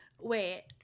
Wait